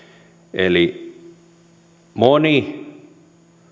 eli moni